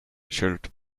should